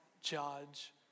judge